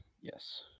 Yes